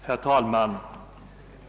Herr talman!